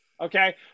okay